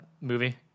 movie